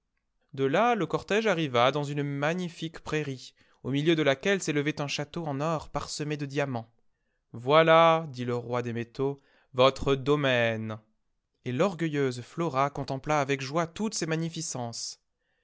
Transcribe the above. de là le cortège arriva dans une magnilique prairie au milieu de laquelle s'élevait un château en or parsemé de diamants voilà dit le roi des métaux votre domaine et l'orgueilleuse flora contempla avec joie toutes ces magnificences